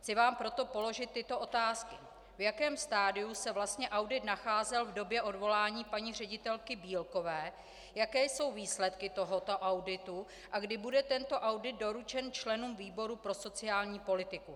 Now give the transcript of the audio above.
Chci vám proto položit tyto otázky: V jakém stadiu se vlastně audit nacházel v době odvolání paní ředitelky Bílkové, jaké jsou výsledky tohoto auditu a kdy bude tento audit doručen členům výboru pro sociální politiku.